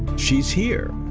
she's here,